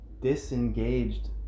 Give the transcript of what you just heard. disengaged